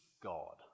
God